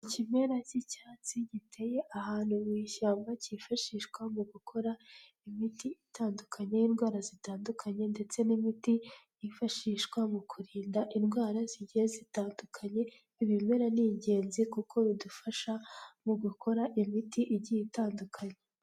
Ikimera cy'icyatsi giteye ahantu mu ishyamba, cyifashishwa mu gukora imiti itandukanye y'indwara zitandukanye ndetse n'imiti yifashishwa mu kurinda indwara zigiye zitandukanye, ibimera ni ingenzi kuko bidufasha mu gukora imiti igiye itandukanye.